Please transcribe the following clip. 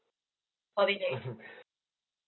holiday